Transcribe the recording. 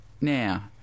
Now